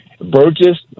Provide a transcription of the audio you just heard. Burgess